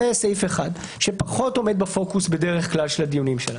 זה סעיף שבדרך כלל פחות עומד בפוקוס בדיונים שלנו.